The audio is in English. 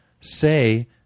say